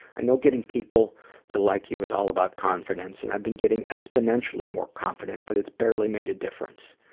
i know getting people to like you is all about confidence and i've been getting exponentially more confident, but it's barely made a difference.